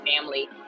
family